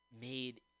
made